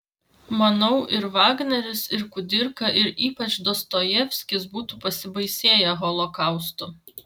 manau ir vagneris ir kudirka ir ypač dostojevskis būtų pasibaisėję holokaustu